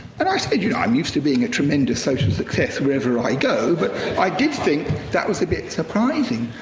but i said, you know, i'm used to being a tremendous social success wherever i go, but i did think that was a bit surprising.